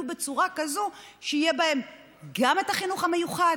בצורה כזו שיהיה בהם גם את החינוך המיוחד,